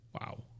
Wow